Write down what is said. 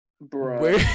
Bro